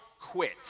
quit